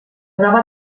prova